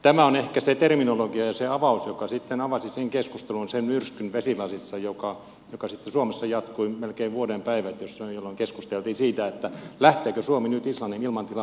tämä on ehkä se terminologia ja se avaus joka sitten avasi sen keskustelun sen myrskyn vesilasissa joka sitten suomessa jatkui melkein vuoden päivät jolloin keskusteltiin siitä lähteekö suomi nyt islannin ilmatilan valvontaa tekemään